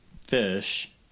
Fish